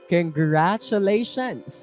Congratulations